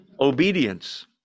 Obedience